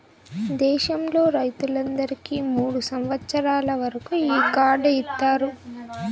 దేశంలో రైతులందరికీ మూడు సంవచ్చరాల వరకు ఈ కార్డు ఇత్తారు